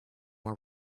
are